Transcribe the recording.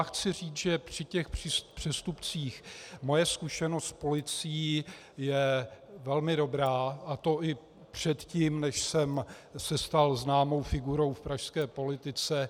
Chci říct, že při těch přestupcích moje zkušenost s policií je velmi dobrá, a to i předtím, než jsem se stal známou figurou v pražské politice.